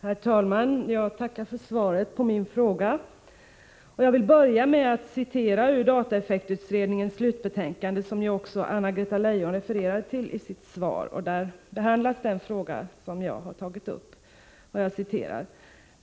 Herr talman! Jag tackar för svaret på min fråga. Jag vill börja med att citera ur dataeffektutredningens slutbetänkande, som också Anna-Greta Leijon refererade till i sitt svar. Där behandlas den fråga som jag har tagit upp.